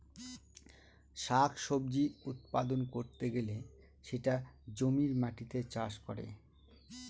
শাক সবজি উৎপাদন করতে গেলে সেটা জমির মাটিতে চাষ করে